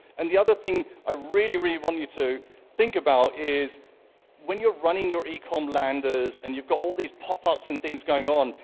and the other thing i really, really want you to think about is when you're running your ecom landers and you've got all these pop-ups and things going on,